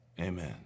amen